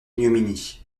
ignominie